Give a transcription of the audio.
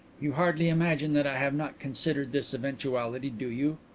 you hardly imagine that i have not considered this eventuality, do you?